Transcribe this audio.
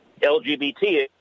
LGBT